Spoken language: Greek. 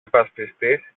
υπασπιστής